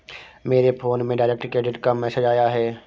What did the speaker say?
मेरे फोन में direct credit का मैसेज आया है